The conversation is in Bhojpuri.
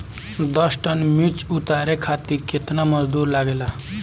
दस टन मिर्च उतारे खातीर केतना मजदुर लागेला?